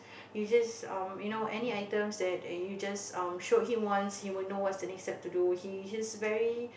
you just um you know any items that you just um showed him once he will know what's the next step to do he's very